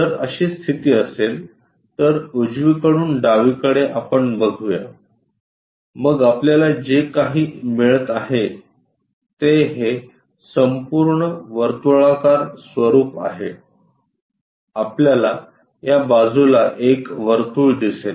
जर अशी स्थिती असेल तर उजवीकडून डावीकडे आपण बघूया मग आपल्याला जे काही मिळत आहे ते हे संपूर्ण वर्तुळाकार स्वरूप आहे आपल्याला या बाजूला एक वर्तुळ दिसेल